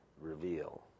reveal